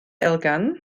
elgan